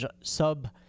sub